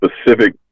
specific